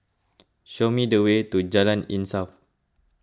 show me the way to Jalan Insaf